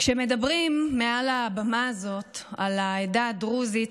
כשמדברים מעל הבמה הזאת על העדה הדרוזית